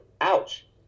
ouch